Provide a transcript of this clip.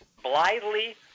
blithely